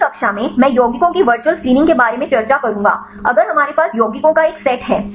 अगली कक्षा में मैं यौगिकों की वर्चुअल स्क्रीनिंग के बारे में चर्चा करूँगा अगर हमारे पास यौगिकों का एक सेट है